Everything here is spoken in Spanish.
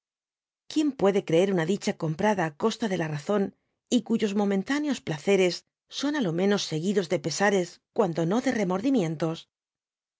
quien puede creer una dicha comprada á costa de la razón y cuyos moroentadby google neos placeres son á lo menos seguidos de pesares cuando no de remordimientos